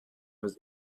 was